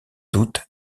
doute